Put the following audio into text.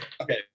Okay